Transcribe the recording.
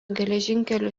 geležinkelių